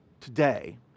today